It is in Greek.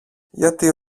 γιατί